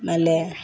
ಆಮೇಲೇ